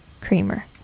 creamer